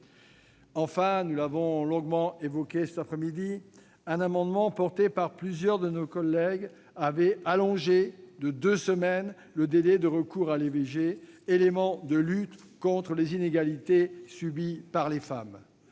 Enfin, nous l'avons longuement évoqué, l'adoption d'un amendement déposé par plusieurs de nos collègues a conduit à allonger de deux semaines le délai de recours à l'IVG, afin de lutter contre les inégalités subies par les femmes.